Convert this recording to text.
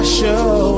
show